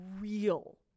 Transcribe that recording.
real